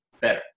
better